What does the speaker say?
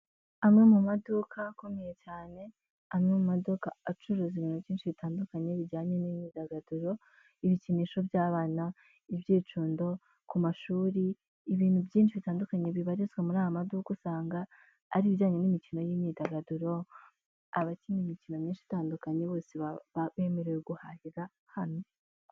Amwe mu maduka akomeye cyane, amwe mu maduka acuruza ibintu byinshi bitandukanye bijyanye n'imyidagaduro, ibikinisho by'abana, ibyicundo ku mashuri, ibintu byinshi bitandukanye bibarizwa muri aya maduka, usanga ari ibijyanye n'imikino y'imyidagaduro, abakina imikino myinshi itandukanye bose bemerewe guharira hano.